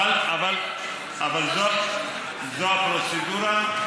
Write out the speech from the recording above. זו הפרוצדורה,